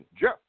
Jeff